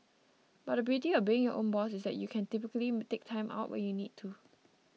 but the beauty of being your own boss is that you can typically take Time Out when you need to